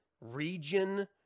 region